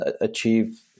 achieve